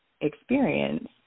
experience